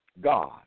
God